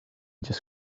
just